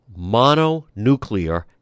mononuclear